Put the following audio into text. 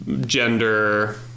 gender